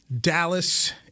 Dallas